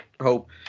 hope